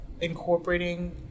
incorporating